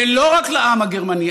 ולא רק לעם הגרמני,